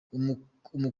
amakuru